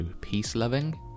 peace-loving